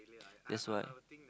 that's why